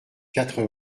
quatre